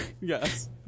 yes